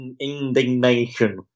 indignation